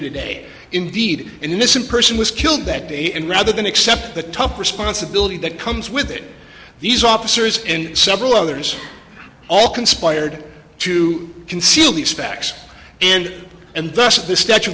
today indeed innocent person was killed that day and rather than accept the tough responsibility that comes with it these officers in several others all conspired to conceal the specs and and thus the statue of